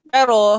Pero